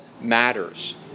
matters